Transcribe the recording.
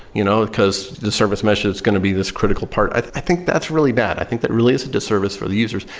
you know because the service mesh it's going to be this critical part. i think that's really bad. i think that really is a disservice for the users,